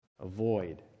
avoid